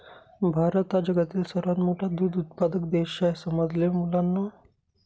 भारत हा जगातील सर्वात मोठा दूध उत्पादक देश आहे समजले मुलांनो